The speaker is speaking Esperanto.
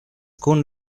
kun